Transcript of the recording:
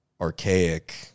archaic